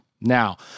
Now